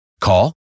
Call